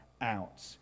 out